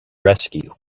rescue